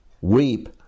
Weep